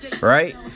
Right